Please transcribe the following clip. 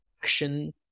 action